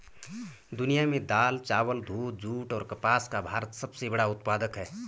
दुनिया में दाल, चावल, दूध, जूट और कपास का भारत सबसे बड़ा उत्पादक है